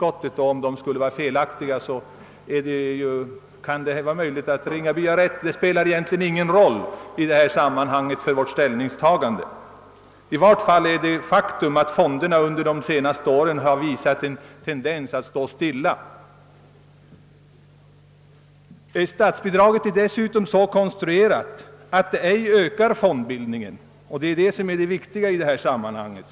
Om dessa skulle vara felaktiga, är det möjligt att herr Ringaby har rätt, men det spelar ingen egentlig roll för vårt ställningstagande. I varje fall är det ett faktum att fonderna under de senaste åren har visat en tendens att stå stilla. Statsbidraget är dessutom så konstruerat att det ej ökar fondbildningen, och det är det viktiga i detta sammanhang.